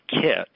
kit